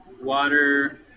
Water